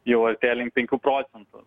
jau artėja link penkių procentų